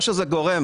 מה שזה גורם,